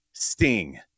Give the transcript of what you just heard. sting